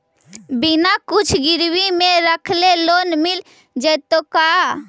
बिना कुछ गिरवी मे रखले लोन मिल जैतै का?